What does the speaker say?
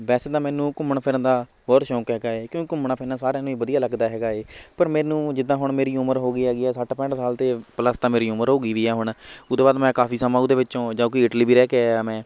ਵੈਸੇ ਤਾਂ ਮੈਨੂੰ ਘੁੰਮਣ ਫਿਰਨ ਦਾ ਬਹੁਤ ਸ਼ੌਂਕ ਹੈਗਾ ਏ ਕਿਉਂ ਘੁੰਮਣਾ ਫਿਰਨਾ ਸਾਰਿਆਂ ਨੂੰ ਹੀ ਵਧੀਆ ਲੱਗਦਾ ਹੈਗਾ ਏ ਪਰ ਮੈਨੂੰ ਜਿੱਦਾਂ ਹੁਣ ਮੇਰੀ ਉਮਰ ਹੋ ਗਈ ਹੈਗੀ ਹੈ ਸੱਠ ਪੈਂਹਠ ਸਾਲ ਤੋਂ ਪਲੱਸ ਤਾਂ ਮੇਰੀ ਉਮਰ ਹੋ ਗਈ ਵੀ ਆ ਹੁਣ ਉਹ ਤੋਂ ਬਾਅਦ ਮੈਂ ਕਾਫੀ ਸਮਾਂ ਉਹਦੇ ਵਿੱਚੋ ਜਾਂ ਕੋਈ ਇਟਲੀ ਵੀ ਰਹਿ ਕੇ ਆਇਆ ਮੈਂ